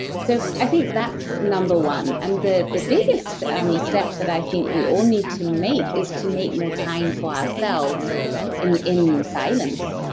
so, i think that's no. one. and the the biggest um step that i think we all need to make is to make more time for ourselves in in silence,